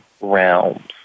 realms